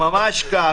זה ממש כך.